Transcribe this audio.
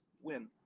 win